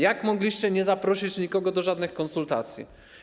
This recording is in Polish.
Jak mogliście nie zaprosić nikogo do żadnych konsultacji?